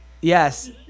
Yes